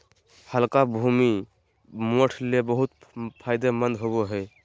हल्का भूमि, मोठ ले बहुत फायदेमंद होवो हय